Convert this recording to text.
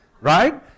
right